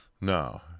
No